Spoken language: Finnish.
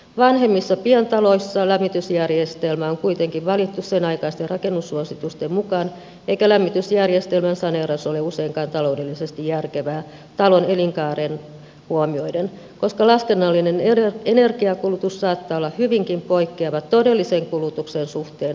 vanhemmissa pientaloissa lämmitysjärjestelmä on kuitenkin valittu senaikaisten rakennussuositusten mukaan eikä lämmitysjärjestelmän saneeraus ole useinkaan taloudellisesti järkevää talon elinkaaren huomioiden koska laskennallinen energiakulutus saattaa olla hyvinkin poikkeava todellisen kulutuksen suhteen